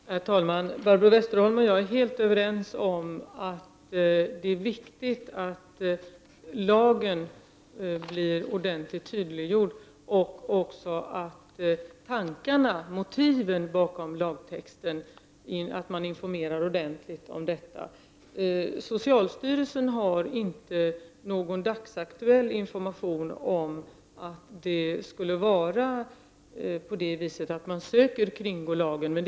Herr talman! Barbro Westerholm och jag är helt överens om att det är viktigt att lagen blir ordentligt tydliggjord och att man också informerar ordentligt om tankarna, motiven bakom lagtexten. Socialstyrelsen har inte någon dagsaktuell information om att det skulle förekomma att människor försöker kringgå lagen.